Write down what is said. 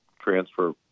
transfer